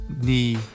knee